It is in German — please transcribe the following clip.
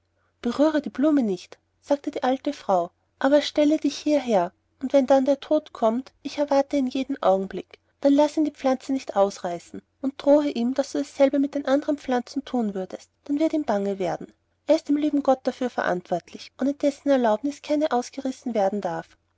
berühre die blume nicht sagte die alte frau aber stelle dich hierher und wenn dann der tod kommt ich erwarte ihn jeden augenblick dann laß ihn die pflanze nicht ausreißen und drohe ihm daß du dasselbe mit den andern pflanzen thun würdest dann wird ihm bange werden er ist dem lieben gott dafür verantwortlich ohne dessen erlaubnis keine ausgerissen werden darf